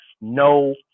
no